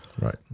Right